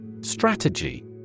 Strategy